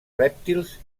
rèptils